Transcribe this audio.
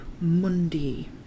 Mundi